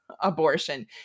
abortion